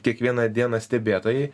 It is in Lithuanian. kiekvieną dieną stebėtojai